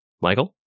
Michael